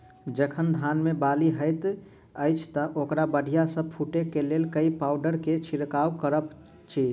जखन धान मे बाली हएत अछि तऽ ओकरा बढ़िया सँ फूटै केँ लेल केँ पावडर केँ छिरकाव करऽ छी?